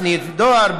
סניף דואר,